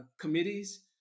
committees